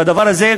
והדבר הזה,